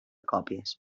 còpies